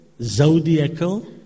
zodiacal